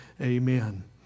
amen